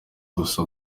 gusa